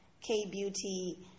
K-Beauty